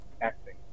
Acting